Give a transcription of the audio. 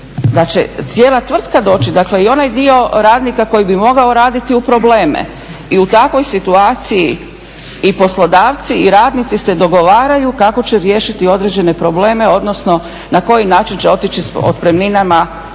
da će cijela tvrtka doći. Dakle, i onaj dio radnika koji bi mogao raditi u probleme. I u takvoj situaciji i poslodavci i radnici se dogovaraju kako će riješiti određene probleme, odnosno na koji način će otići s otpremninama. I sama